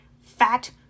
Fat